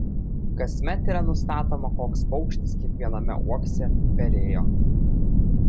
kasmet yra nustatoma koks paukštis kiekviename uokse perėjo